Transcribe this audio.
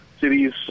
cities